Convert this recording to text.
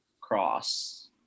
cross